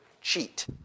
cheat